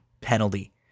Penalty